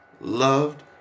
loved